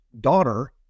daughter